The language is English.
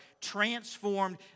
transformed